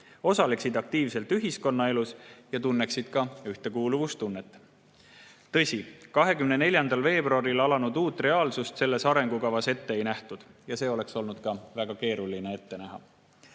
osaleksid aktiivselt ühiskonnaelus ja tunneksid ühtekuuluvustunnet. Tõsi, 24. veebruaril alanud uut reaalsust selles arengukavas ette ei nähtud ja seda olekski olnud väga keeruline ette näha.